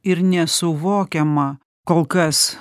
ir nesuvokiama kol kas